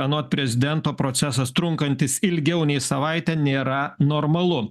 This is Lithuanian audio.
anot prezidento procesas trunkantis ilgiau nei savaitę nėra normalu